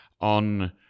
on